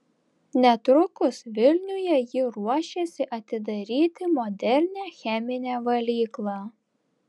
netrukus vilniuje ji ruošiasi atidaryti modernią cheminę valyklą